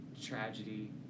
tragedy